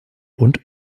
und